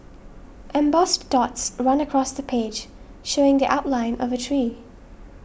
embossed dots run across the page showing the outline of a tree